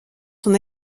son